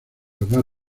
hogar